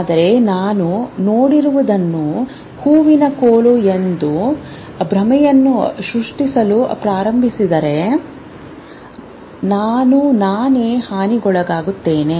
ಆದರೆ ನಾನು ನೋಡುತ್ತಿರುವುದು ಹೂವಿನ ಕೋಲು ಎಂಬ ಭ್ರಮೆಯನ್ನು ಸೃಷ್ಟಿಸಲು ಪ್ರಾರಂಭಿಸಿದರೆ ನಾನು ನಾನೇ ಹಾನಿಗೊಳಗಾಗುತ್ತೇನೆ